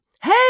hey